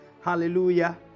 Hallelujah